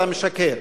אתה משקר.